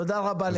תודה רבה לכולם.